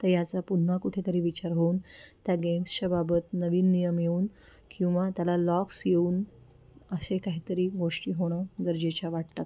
तर याचा पुन्हा कुठेतरी विचार होऊन त्या गेम्सच्या बाबत नवीन नियम येऊन किंवा त्याला लॉक्स येऊन अशा काहीतरी गोष्टी होणं गरजेच्या वाटतात